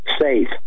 SAFE